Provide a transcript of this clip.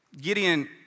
Gideon